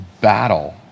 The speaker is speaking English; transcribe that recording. battle